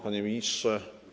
Panie Ministrze!